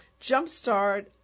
jumpstart